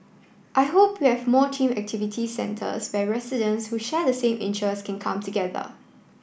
I hope we have more themed activity centres where residents who share the same interests can come together